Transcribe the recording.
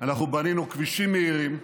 אנחנו בנינו כבישים מהירים,